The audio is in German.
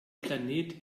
planet